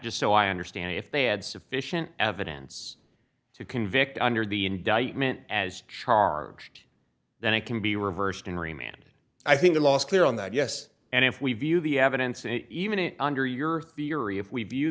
just so i understand if they had sufficient evidence to convict under the indictment as charged then it can be reversed and remanded i think the last clear on that yes and if we view the evidence and even it under your theory if we view